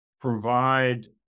provide